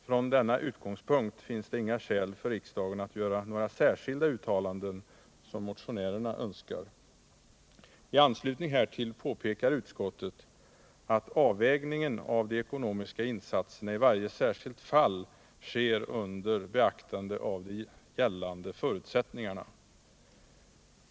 Från denna utgångspunkt finns det inga skäl för riksdagen att göra några särskilda uttalanden, som motionärerna önskar. I anslutning härtill påpekar utskottet, att avvägningen av de ekonomiska insatserna i varje särskilt fall sker under beaktande av de gällande förutsättningarna.